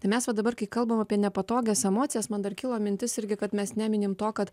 tai mes va dabar kai kalbam apie nepatogias emocijas man dar kilo mintis irgi kad mes neminim to kad